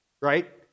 right